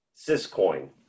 Syscoin